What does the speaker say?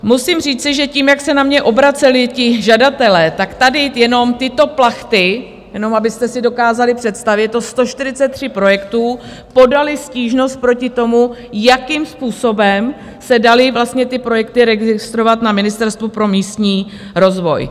Musím říci, že tím, jak se na mě obraceli ti žadatelé tak tady jenom tyto plachty , jenom abyste si dokázali představit, je to 143 projektů podali stížnost proti tomu, jakým způsobem se daly ty projekty registrovat na Ministerstvu pro místní rozvoj.